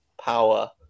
power